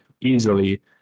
easily